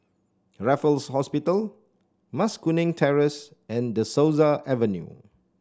Raffles Hospital Mas Kuning Terrace and De Souza Avenue